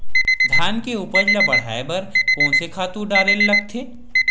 धान के उपज ल बढ़ाये बर कोन से खातु डारेल लगथे?